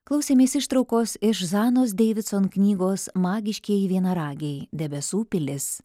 klausėmės ištraukos iš žanos deividson knygos magiškieji vienaragiai debesų pilis